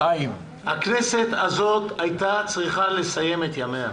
הכנסת הזאת הייתה צריכה לסיים את ימיה.